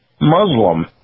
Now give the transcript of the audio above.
Muslim